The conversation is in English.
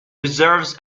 reserves